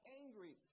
angry